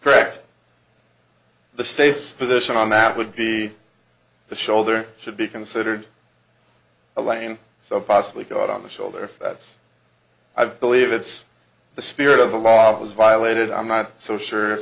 cracked the state's position on that would be the shoulder should be considered a lame so possibly caught on the shoulder if that's i believe it's the spirit of the law it was violated i'm not so sure if